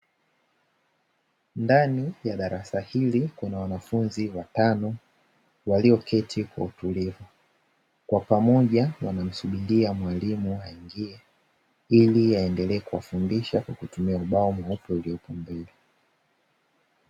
Ndani ya darasa hili kuna wanafunzi watano walioketi kwa utulivu, kwa pamoja wanamsubiria mwalimu aingie ili aendelee kuwafundisha kwa kutumia ubao mweupe uliopo mbele.